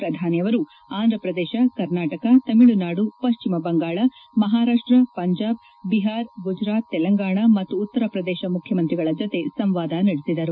ಪ್ರಧಾನಿ ಅವರು ಆಂಧ್ರ ಪ್ರದೇಶ ಕರ್ನಾಟಕ ತಮಿಳುನಾಡು ಪಟ್ಟಮ ಬಂಗಾಳ ಮಹಾರಾಷ್ಟ ಪಂಜಾಬ್ ಬಿಹಾರ ಗುಜರಾತ್ ತೆಲಂಗಾಣ ಮತ್ತು ಉತ್ತರ ಪ್ರದೇಶ ಮುಖ್ಯಮಂತ್ರಿಗಳ ಜತೆ ಸಂವಾದ ನಡೆಸಿದರು